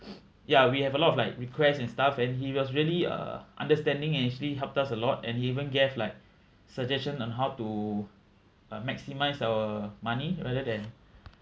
ya we have a lot of like request and stuff and he was really uh understanding and actually helped us a lot and he even gave like suggestion on how to uh maximise our money rather than